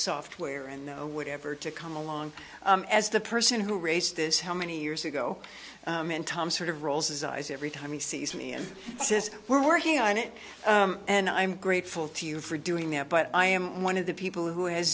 software and no whatever to come along as the person who raced this how many years ago tom sort of rolls his eyes every time he sees me and says we're working on it and i'm grateful to you for doing that but i am one of the people who has